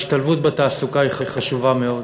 השתלבות בתעסוקה היא חשובה מאוד,